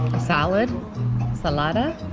salad salada,